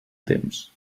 temps